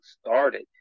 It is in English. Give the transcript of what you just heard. started